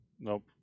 Nope